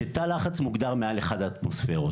שתא לחץ מוגדר מעל 1 אטמוספירות.